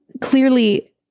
clearly